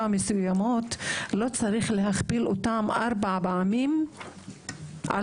מסוימות לא צריך להכפיל אותן פי ארבעה למתמחים,